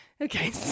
Okay